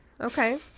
okay